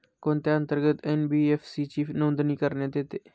कोणत्या अंतर्गत एन.बी.एफ.सी ची नोंदणी करण्यात येते?